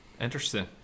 Interesting